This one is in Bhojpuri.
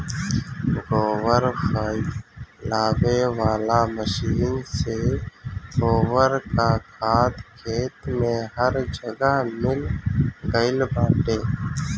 गोबर फइलावे वाला मशीन से गोबर कअ खाद खेत में हर जगह मिल गइल बाटे